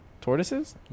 Tortoises